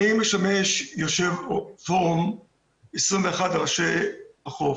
אני משמש יושב-ראש פורום 21 רשויות החוף.